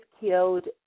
killed